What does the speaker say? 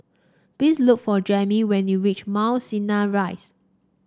please look for Jami when you reach Mount Sinai Rise